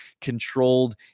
controlled